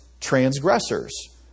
transgressors